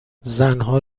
زنها